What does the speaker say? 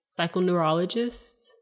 Psychoneurologists